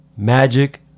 Magic